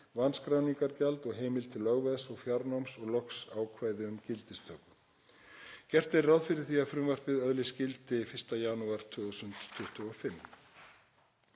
vanskráningargjald og heimild til lögveðs og fjarnáms og loks ákvæði um gildistöku. Gert er ráð fyrir því að frumvarpið öðlist gildi 1. janúar 2025